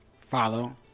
follow